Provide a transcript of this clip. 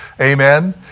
Amen